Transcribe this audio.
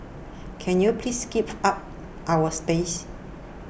can you please give up our space